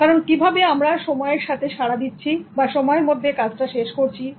কারণ কিভাবে আমরা সময়ে সাড়া দিচ্ছি বা সময়ের মধ্যে আমাদের কাজটা শেষ করছি "ওকে"